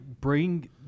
bring